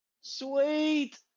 Sweet